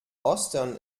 ostern